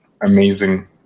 amazing